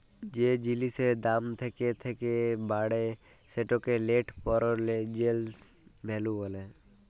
যে জিলিসের দাম থ্যাকে থ্যাকে বাড়ে সেটকে লেট্ পেরজেল্ট ভ্যালু ব্যলে